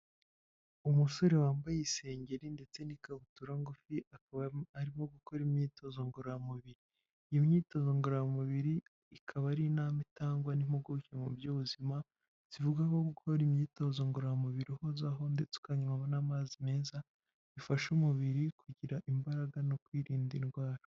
Umusore wambaye isengeri ndetse n'ikabutura ngufi akaba arimo gukora imyitozo ngororamubiri, iyi myitozo ngororamubiri ikaba ari intambwe itangwa n'impuguke mu by'ubuzima zivugaho gukora imyitozo ngororamubiri uhozaho ndetse ukanywamo n'amazi meza bifasha umubiri kugira imbaraga no kwirinda indwara.